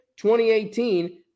2018